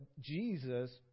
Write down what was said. Jesus